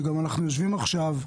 שבו אנחנו יושבים עכשיו,